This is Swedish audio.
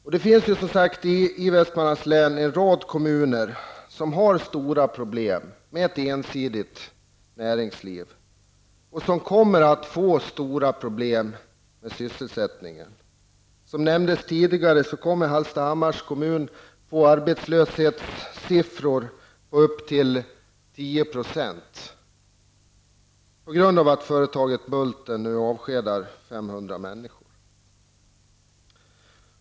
I Västmanlands län finns det, som sagt, en rad kommuner som har stora problem med ett ensidigt näringsliv och som kommer att få stora problem med sysselsättningen. För Hallstahammars kommun kommer vi alltså att kunna konstatera en arbetslöshet på uppemot 10 % människor.